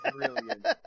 brilliant